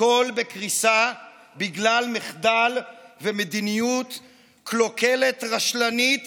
הכול בקריסה בגלל מחדל ומדיניות קלוקלת, רשלנית